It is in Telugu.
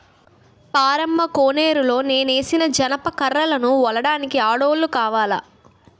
పారమ్మ కోనేరులో నానేసిన జనప కర్రలను ఒలడానికి ఆడోల్లు కావాల